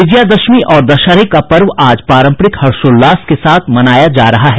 विजयदशमी और दशहरे का पर्व आज पारंपरिक हर्षोल्लास से मनाया जा रहा है